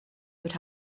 would